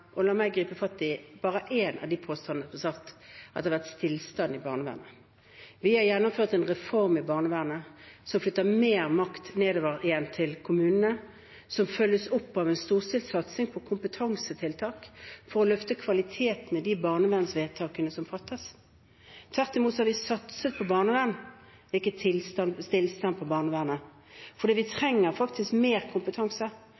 La meg gripe fatt i én av de påstandene som ble satt frem – at det har vært stillstand i barnevernet. Vi har gjennomført en reform i barnevernet som flytter mer makt nedover til kommunene, som følges opp av en storstilt satsing på kompetansetiltak for å løfte kvaliteten i de barnevernsvedtakene som fattes. Tvert imot har vi satset på barnevern – det er ikke stillstand for barnevernet. For vi trenger faktisk mer kompetanse.